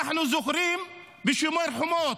אנחנו זוכרים בשומר חומות,